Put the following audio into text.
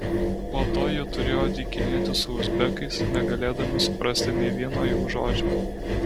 po to jie turėjo dykinėti su uzbekais negalėdami suprasti nė vieno jų žodžio